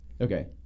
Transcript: Okay